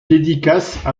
dédicace